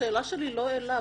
השאלה שלי לא אליו,